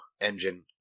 engine